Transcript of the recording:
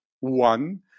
One